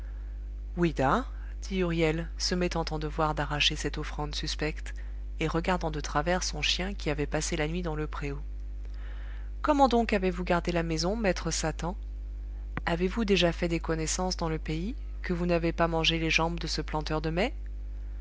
se mettant en devoir d'arracher cette offrande suspecte et regardant de travers son chien qui avait passé la nuit dans le préau comment donc avez-vous gardé la maison maître satan avez-vous fait déjà des connaissances dans le pays que vous n'avez pas mangé les jambes de ce planteur de mai